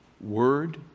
Word